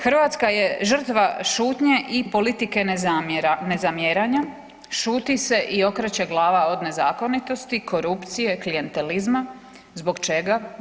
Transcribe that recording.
Hrvatska je žrtva šutnje i politike nezamjeranja, šuti se i okreće glava od nezakonitosti, korupcije, klijentelizma, zbog čega?